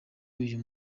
uyu